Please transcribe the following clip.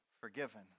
forgiven